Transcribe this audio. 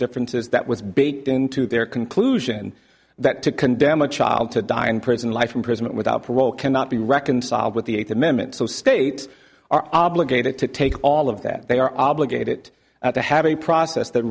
differences that was baked into their conclusion that to condemn a child to die in prison life imprisonment without parole cannot be reconciled with the eighth amendment so states are obligated to take all of that they are obligated at the have a process that